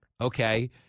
okay